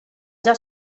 già